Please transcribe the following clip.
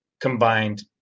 combined